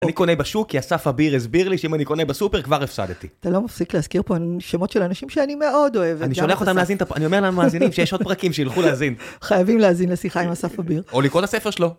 אני קונה בשוק כי אסף אביר הסביר לי שאם אני קונה בסופר כבר הפסדתי. אתה לא מפסיק להזכיר פה נשמות של אנשים שאני מאוד אוהבת. אני שולח אותם להאזין את, אני אומר למאזינים שיש עוד פרקים שיילכו להאזין. חייבים להאזין לשיחה עם אסף אביר. או לקרוא את הספר שלו.